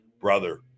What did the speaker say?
brother